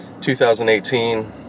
2018